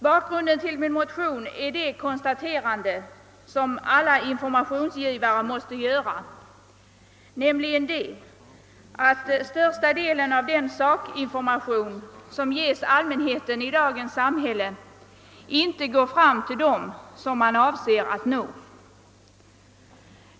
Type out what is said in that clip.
Bakgrunden till min motion är det konstaterande som alla informationsgivare måste göra, nämligen att största delen av den sakinformation som ges till allmänheten i dagens samhälle inte går fram till dem som man avser att nå.